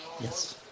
Yes